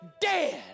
dead